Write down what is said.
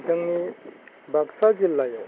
जोंनि बाक्सा जिल्लायाव